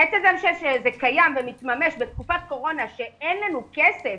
עצם זה שזה קיים ומתממש בתקופת קורונה כשאין לנו כסף